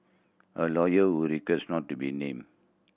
a lawyer who requested not to be named